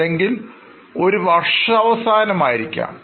അല്ലെങ്കിൽ ഒരു വർഷാവസാനം ആയിരിക്കാം